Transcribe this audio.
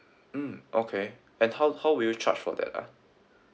mm okay and how how will you charge for that ah